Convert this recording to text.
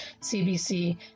CBC